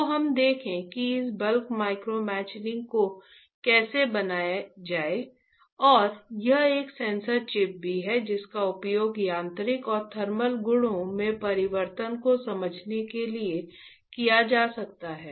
तो हम देखेंगे कि इस बल्क माइक्रोमैचिनिंग को कैसे बनाया जाए और यह एक सेंसर चिप भी है जिसका उपयोग यांत्रिक और थर्मल गुणों में परिवर्तन को समझने के लिए किया जा सकता है